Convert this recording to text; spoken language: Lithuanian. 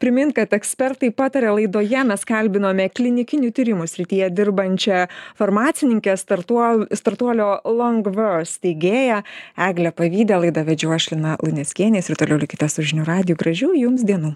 primint kad ekspertai pataria laidoje mes kalbinome klinikinių tyrimų srityje dirbančią farmacininkę startuo startuolio longva steigėją eglę pavydę laidą vedžiau aš lina luneckienė jūs ir toliau likite su žinių radiju gražių jums dienų